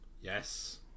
Yes